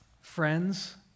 friends